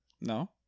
No